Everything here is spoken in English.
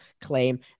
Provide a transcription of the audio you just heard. claim